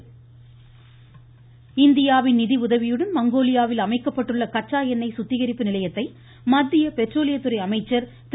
தர்மேந்திர பிரதான் இந்தியாவின் நிதியுதவியுடன் மங்கோலியாவில் அமைக்கப்பட்டுள்ள கச்சா எண்ணெய் சுத்திகரிப்பு நிலையத்தை மத்திய பெட்ரோலியத்துறை அமைச்சர் திரு